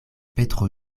petro